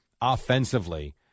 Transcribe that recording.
offensively